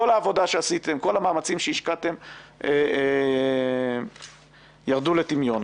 כל העבודה והמאמצים שהשקעתם ירדו לטמיון.